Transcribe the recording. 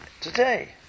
today